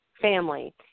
family